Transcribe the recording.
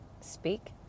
speak